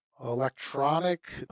Electronic